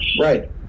right